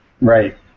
Right